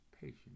patient